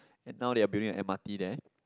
and now they are building M_R_T there